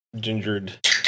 gingered